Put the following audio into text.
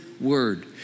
word